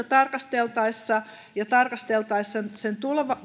tarkasteltaessa verotusta ja tarkasteltaessa sen